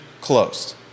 closed